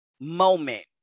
moment